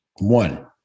One